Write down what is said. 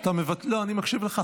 --- מוותר.